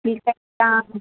ठीकु आहे तव्हां